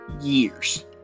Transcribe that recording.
years